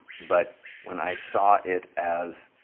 but when i saw it as,